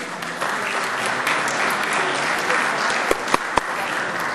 (מחיאות כפיים)